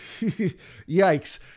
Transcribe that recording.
yikes